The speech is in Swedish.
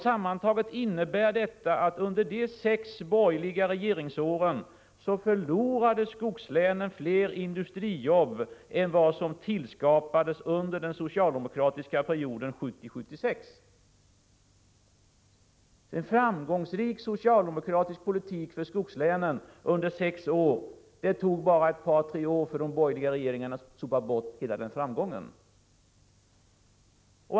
Sammantaget innebär detta att skogslänen under de sex borgerliga regeringsåren förlorade fler industrijobb än vad som hade tillskapats under den socialdemokratiska perioden 1970-1976. En framgångsrik socialdemokratisk politik för skogslänen hade bedrivits under sex år. Det tog bara ett par tre år för de borgerliga regeringarna att sopa bort hela denna framgång.